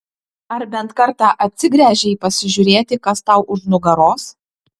ar bent kartą atsigręžei pasižiūrėti kas tau už nugaros